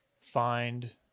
find